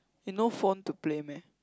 you no phone to play meh